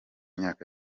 myaka